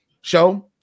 show